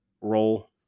role